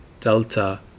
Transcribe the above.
Delta